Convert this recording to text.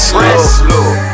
rest